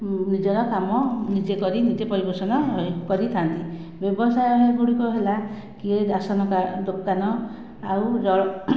ନିଜର କାମ ନିଜେ କରି ନିଜେ ପରିପୋଷଣ କରିଥାନ୍ତି ବ୍ୟବସାୟ ଗୁଡ଼ିକ ହେଲା କିଏ ରାସନ କାର୍ଡ଼ ଦୋକାନ ଆଉ ଜଳ